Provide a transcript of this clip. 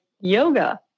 yoga